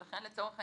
ולכן, לצורך העניין,